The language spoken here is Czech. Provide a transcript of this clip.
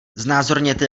znázorněte